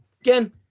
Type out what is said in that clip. again